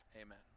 amen